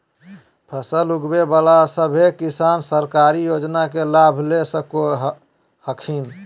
फसल उगाबे बला सभै किसान सरकारी योजना के लाभ ले सको हखिन